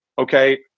okay